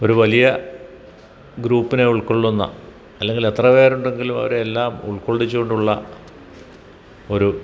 ഒരു വലിയ ഗ്രൂപ്പിനെ ഉൾക്കൊള്ളുന്ന അല്ലെങ്കിൽ എത്ര പേരുണ്ടെങ്കിലും അവരെയെല്ലാം ഉൾക്കൊള്ളിച്ചുകൊണ്ടുള്ള ഒരു